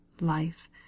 life